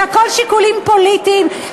זה הכול שיקולים פוליטיים,